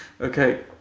okay